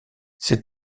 ces